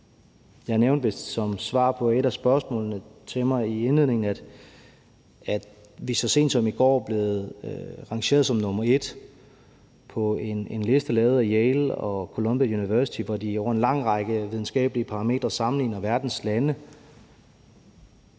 Jeg nævnte vist som et svar på et af spørgsmålene til mig i indledningen, at vi så sent som i går er blevet rangeret som nr. 1 på en liste lavet af Yale og Columbia University, hvor de over en lang række videnskabelige parametre sammenligner verdens lande,